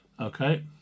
Okay